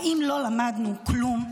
האם לא למדנו כלום?